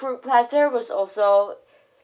fruit platter was also